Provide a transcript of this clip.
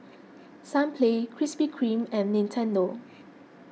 Sunplay Krispy Kreme and Nintendo